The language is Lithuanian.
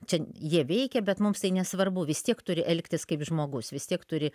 čia jie veikia bet mums tai nesvarbu vis tiek turi elgtis kaip žmogus vis tiek turi